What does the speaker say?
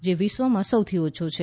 જે વિશ્વમાં સૌથી ઓછો છે